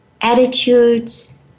attitudes